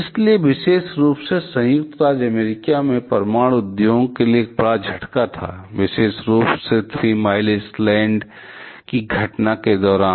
इसलिए विशेष रूप से संयुक्त राज्य अमेरिका में परमाणु उद्योग के लिए एक बड़ा झटका था विशेष रूप से थ्री माइल आईलैंड की घटना के दौरान